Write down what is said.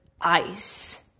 ice